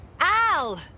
Al